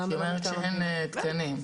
היא אומרת שאין תקנים.